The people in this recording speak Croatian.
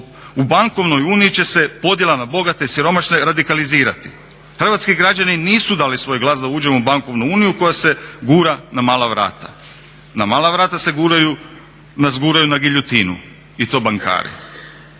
U bankovnoj uniji će se podjela na bogate i siromašne radikalizirati. Hrvatski građani nisu dali svoj glas da uđemo u bankovnu uniju koja se gura na mala vrata. Na mala vrata nas guraju na giljotinu, i to bankari.